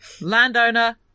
Landowner